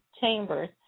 Chambers